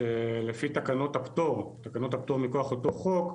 שלפי תקנות הפטור, תקנות הפטור מכוח אותו החוק,